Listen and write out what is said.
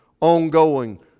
ongoing